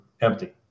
empty